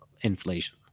inflation